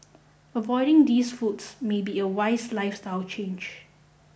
avoiding these foods may be a wise lifestyle change